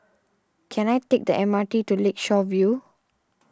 can I take the M R T to Lakeshore View